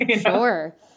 Sure